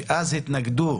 שאז התנגדו